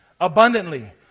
abundantly